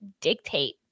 dictate